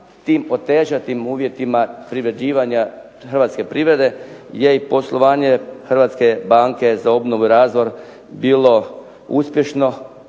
tim otežanim uvjetima privređivanja hrvatske privrede je i poslovanje Hrvatske banke za obnovu i razvoj bilo uspješno,